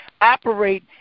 operate